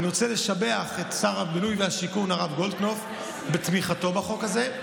ואני רוצה לשבח את שר הבינוי והשיכון הרב גולדקנופ על תמיכתו בחוק הזה,